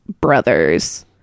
brothers